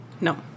No